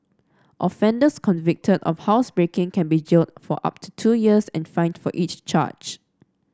offenders convicted of housebreaking can be jailed for up to two years and fined for each charge